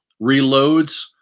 reloads